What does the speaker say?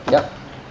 yup